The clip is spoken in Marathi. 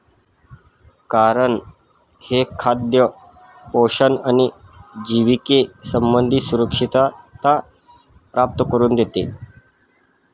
कारण हे खाद्य पोषण आणि जिविके संबंधी सुरक्षितता प्राप्त करून देते